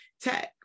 tech